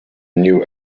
new